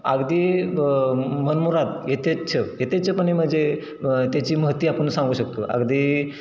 अगदी मनमुराद येथेच्छ येथेच्छपणे म्हणजे त्याची महती आपण सांगू शकतो अगदी